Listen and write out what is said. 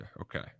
Okay